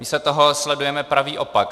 Místo toho sledujeme pravý opak.